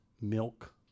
milk